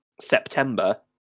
September